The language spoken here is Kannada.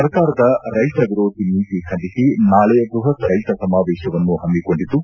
ಸರ್ಕಾರದ ರೈತ ವಿರೋಧಿ ನೀತಿ ಖಂಡಿಸಿ ನಾಳೆ ಬೃಹತ್ ರೈತ ಸಮಾವೇಶವನ್ನು ಹಮ್ಮಿಕೊಂಡಿದ್ದು